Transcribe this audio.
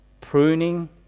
pruning